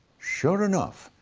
sure enough,